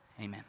Amen